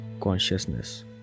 consciousness